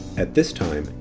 at this time,